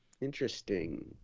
Interesting